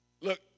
Look